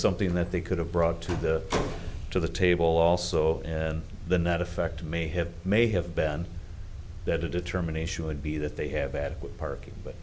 something that they could have brought to the to the table also and the net effect may have may have been that a determination would be that they have adequate parking